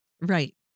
Right